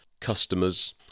customer's